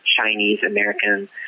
Chinese-American